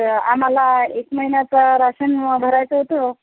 ते आम्हाला एक महिन्याचा राशन व भरायचं होतो